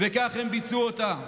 וכך הם ביצעו אותה.